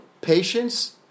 patience